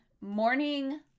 morning